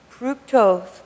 fructose